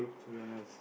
to be honest